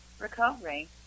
recovery